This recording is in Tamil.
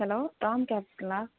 ஹலோ ராம் கேப்ஸுங்களா